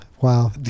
Wow